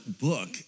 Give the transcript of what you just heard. book